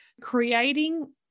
Creating